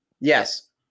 Yes